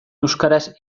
euskaraz